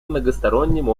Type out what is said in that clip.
многосторонним